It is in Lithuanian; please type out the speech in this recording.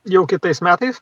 jau kitais metais